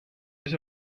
lit